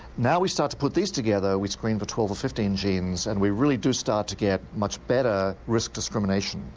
now we start to put these together, we screened for twelve or fifteen genes, and we really do start to get much better risk discrimination.